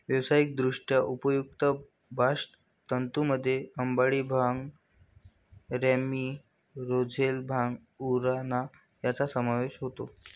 व्यावसायिकदृष्ट्या उपयुक्त बास्ट तंतूंमध्ये अंबाडी, भांग, रॅमी, रोझेल, भांग, उराणा यांचा समावेश होतो